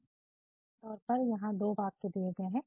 उदाहरण के तौर पर यहां पर दो वाक्य दिए गए हैं